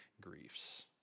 griefs